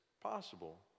possible